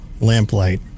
lamplight